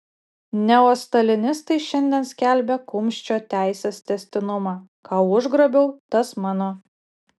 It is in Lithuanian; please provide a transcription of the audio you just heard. neostalinistai šiandien skelbia kumščio teisės tęstinumą ką užgrobiau tas mano